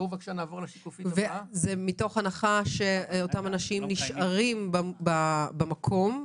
מתוך הנחה שאותם אנשים נשארים במקום,